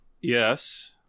Yes